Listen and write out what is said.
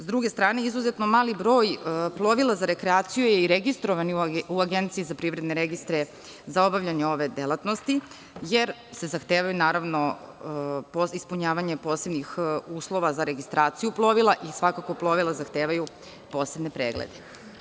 Sa druge strane, izuzetno mali broj plovila za rekreaciju je registrovan u Agenciji za privredne registre za obavljanje ove delatnosti jer se zahteva ispunjavanje posebnih uslova za registraciju plovila i svakako plovila zahtevaju posebne preglede.